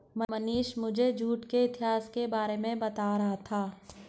मनीष मुझे जूट के इतिहास के बारे में बता रहा था